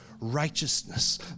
righteousness